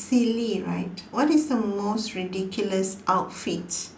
silly right what is the most ridiculous outfit